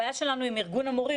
הבעיה שלנו עם ארגון המורים,